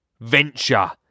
venture